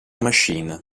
machine